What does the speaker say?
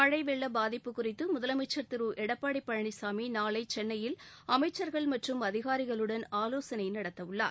மழை வெள்ள பாதிப்பு குறித்து முதலமைச்சர் திரு எடப்பாடி பழனிசாமி நாளை சென்னையில் அமைச்சர்கள் மற்றும் அதிகாரிகளுடன் ஆலோசனை நடத்தவுள்ளார்